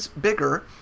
bigger